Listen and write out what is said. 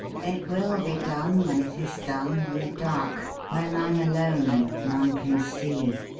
it will be done, when it is done, in the dark when i'm alone, and none can see.